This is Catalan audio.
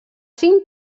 cinc